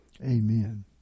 Amen